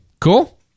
Cool